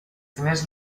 diners